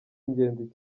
ingenzi